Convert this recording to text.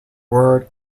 word